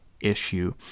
issue